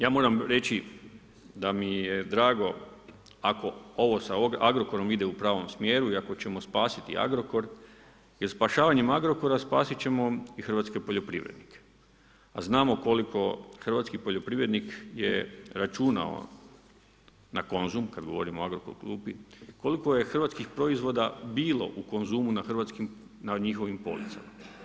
Ja moram reći da mi je drago ako ovo sa Agrokorom ide u pravom smjeru i ako ćemo spasiti Agrokor jer spašavanjem Agrokora spasit ćemo i hrvatske poljoprivrednike, a znamo koliko hrv. poljoprivrednik je računao na Konzum, kad govorimo o Agrokor klupi, koliko je hrvatskih proizvoda bilo u Konzumu na hrvatskim, na njihovim policama.